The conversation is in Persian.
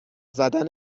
زدن